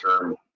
term